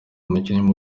umukinnyi